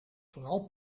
vooral